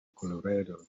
colorado